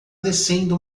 descendo